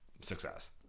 success